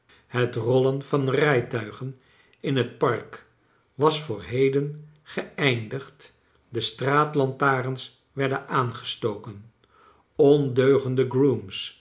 het rollen van rijtuigen in het park was voor heden geeindigd de straatlantarens werden aangestoken ondeugende